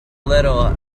little